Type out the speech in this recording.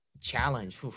Challenge